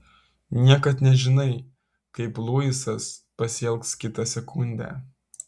niekad nežinai kaip luisas pasielgs kitą sekundę